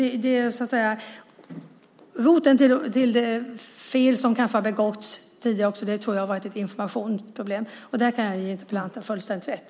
Roten till de fel som kanske har begåtts tidigare tror jag har varit ett informationsproblem, och där kan jag ge interpellanten fullständigt rätt.